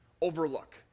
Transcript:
overlook